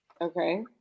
Okay